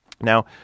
Now